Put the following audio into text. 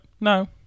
no